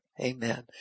Amen